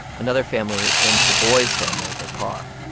another family lends the boy's family their car.